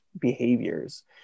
behaviors